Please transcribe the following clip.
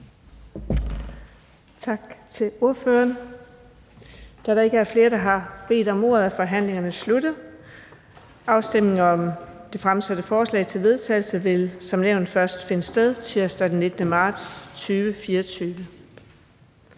Tak til ordføreren. Da der ikke er flere, der har bedt om ordet, er forhandlingen sluttet. Afstemningen om de fremsatte forslag til vedtagelse vil som nævnt først finde sted tirsdag den 19. marts 2024.